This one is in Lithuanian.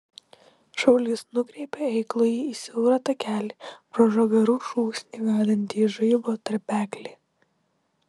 šaulys nukreipė eiklųjį į siaurą takelį pro žagarų šūsnį vedantį į žaibo tarpeklį